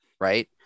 right